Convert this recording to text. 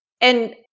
And-